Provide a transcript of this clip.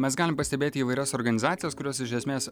mes galim pastebėti įvairias organizacijas kurios iš esmės